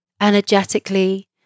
Energetically